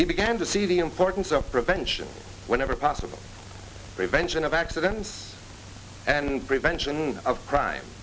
he began to see the importance of prevention whenever possible prevention of accidents and prevention of crime